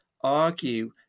argue